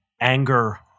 anger